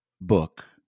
book